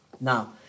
Now